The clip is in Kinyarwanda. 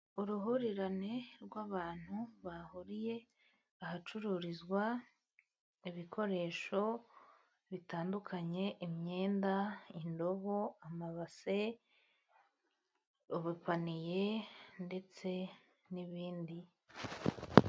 Uruhurirane rw'abantu bahuriye ahacururizwa ibikoresho bitandukanye, imyenda, indobo, amabase, ubupaniye ndetse n'ibindi.